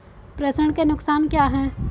प्रेषण के नुकसान क्या हैं?